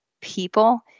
people